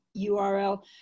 URL